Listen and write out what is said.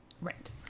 Right